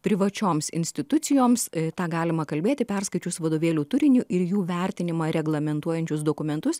privačioms institucijoms tą galima kalbėti perskaičius vadovėlių turiniu ir jų vertinimą reglamentuojančius dokumentus